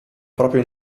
proprio